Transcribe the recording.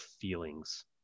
feelings